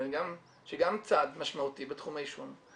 גם צעד משמעותי בעישון.